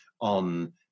on